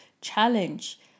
challenge